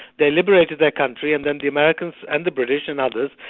they liberated their country and then the americans and the british and others,